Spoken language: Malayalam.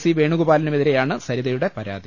സി വേണുഗോപാലിനുമെതിരെയാണ് സരിതയുടെ പരാതി